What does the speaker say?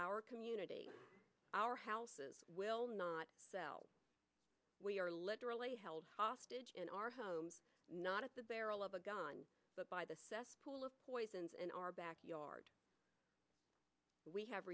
our community our houses will not sell we are literally held hostage in our homes not at the barrel of a gun but by the cesspool of poisons in our backyard we have